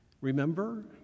remember